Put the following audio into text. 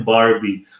Barbie